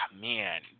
man